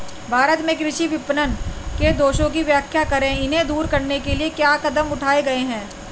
भारत में कृषि विपणन के दोषों की व्याख्या करें इन्हें दूर करने के लिए क्या कदम उठाए गए हैं?